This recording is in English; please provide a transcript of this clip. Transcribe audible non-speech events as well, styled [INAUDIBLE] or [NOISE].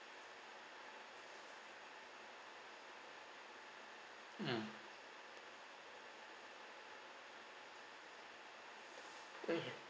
mm [BREATH] mm